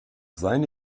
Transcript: seine